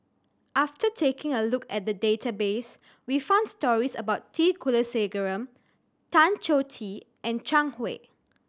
after taking a look at the database we found stories about T Kulasekaram Tan Choh Tee and Zhang Hui